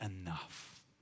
enough